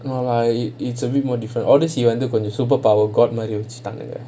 no lah it's it's a bit more different odyssey வந்து:vanthu superpower god மாரி வெச்சிட்டாங்க:maari vechitaanga